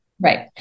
Right